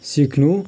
सिक्नु